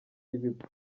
y’ibigo